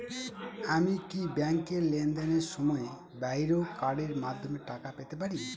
আমি কি ব্যাংকের লেনদেনের সময়ের বাইরেও কার্ডের মাধ্যমে টাকা পেতে পারি?